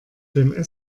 dem